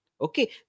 Okay